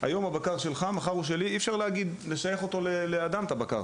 לא ניתן לשייך את הבקר לאדם שהוא בעליו.